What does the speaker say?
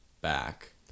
back